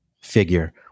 figure